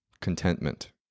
contentment